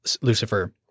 Lucifer